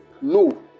no